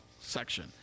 section